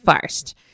first